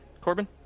Corbin